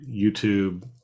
youtube